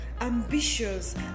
ambitious